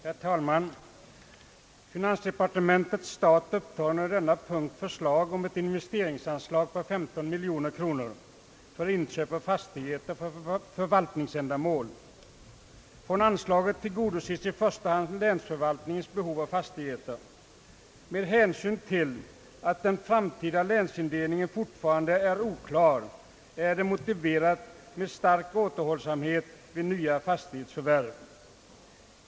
Herr talman! Finansdepartementets stat upptar under denna punkt förslag om ett investeringsanslag av 13 miljoner kronor för inköp av fastigheter för förvaltningsändamål. Anslaget utnyttjas i första hand för att tillgodose länsförvaltningens behov av fastigheter. Med hänsyn till att den framtida länsindelningen fortfarande är oklar, är det motiverat med en stark återhållsamhet när det gäller nya fastighetsförvärv.